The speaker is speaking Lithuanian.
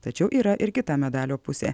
tačiau yra ir kita medalio pusė